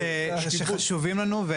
שחשובים לנו.